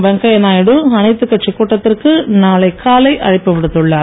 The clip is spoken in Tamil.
வெங்கையா நாயுடு அனைத்து கட்சி கூட்டத்திற்கு நாளை காலை அழைப்பு விடுத்துள்ளார்